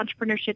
entrepreneurship